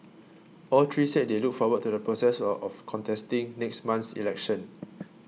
all three said they look forward to the process of of contesting next month's election